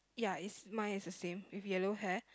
ya is mine is the same with yellow hair